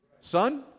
Son